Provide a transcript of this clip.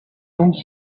longue